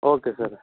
okay sir